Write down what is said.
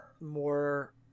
more